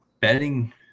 Betting